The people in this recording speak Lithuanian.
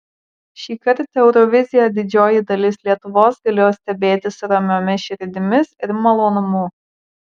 šįkart euroviziją didžioji dalis lietuvos galėjo stebėti su ramiomis širdimis ir malonumu